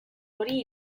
hori